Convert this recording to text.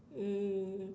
mm